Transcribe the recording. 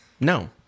no